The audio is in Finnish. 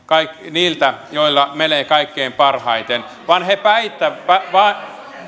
niiltä joilla menee kaikkein parhaiten vaan